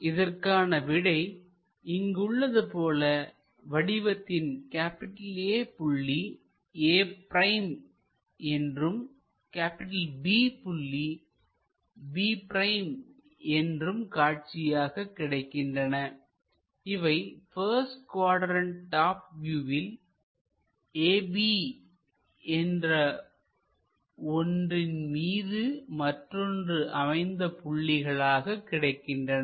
இதற்கான விடை இங்கு உள்ளது போல வடிவத்தின் A புள்ளி a' என்றும் B புள்ளி b' என்றும் காட்சிகளாக கிடைக்கின்றன இவை பஸ்ட் குவாட்ரண்ட் டாப் வியூவில்ab என்று ஒன்றின் மீது மற்றொன்று அமைந்த புள்ளிகளாக கிடைக்கின்றன